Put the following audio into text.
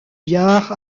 biard